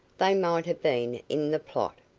they might have been in the plot.